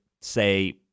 say